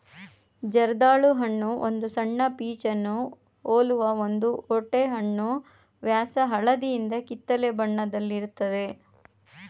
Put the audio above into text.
ಜರ್ದಾಳು ಹಣ್ಣು ಒಂದು ಸಣ್ಣ ಪೀಚನ್ನು ಹೋಲುವ ಒಂದು ಓಟೆಹಣ್ಣು ವ್ಯಾಸ ಹಳದಿಯಿಂದ ಕಿತ್ತಳೆ ಬಣ್ಣದಲ್ಲಿರ್ತದೆ